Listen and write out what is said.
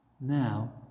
Now